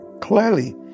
clearly